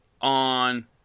on